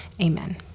Amen